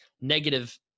negative